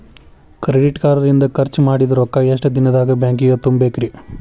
Credit card ಇಂದ್ ಖರ್ಚ್ ಮಾಡಿದ್ ರೊಕ್ಕಾ ಎಷ್ಟ ದಿನದಾಗ್ ಬ್ಯಾಂಕಿಗೆ ತುಂಬೇಕ್ರಿ?